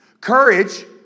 Courage